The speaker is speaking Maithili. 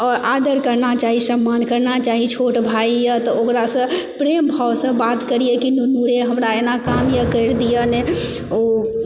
आओर आदर करबा चाही सम्मान करबाक चाही छोट भाई यऽ तऽ ओकरासँ प्रेम भावसँ बात करियै कि नुनु रे हमरा एना काम यऽ करि दिय ने